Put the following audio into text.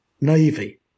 Navy